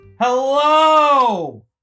Hello